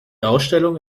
ausstellung